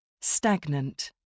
Stagnant